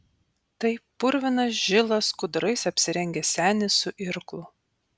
tai purvinas žilas skudurais apsirengęs senis su irklu